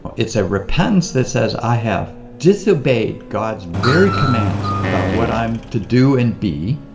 it's a repentance that says, i have disobeyed god's very commands about what i am to do and be.